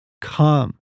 Come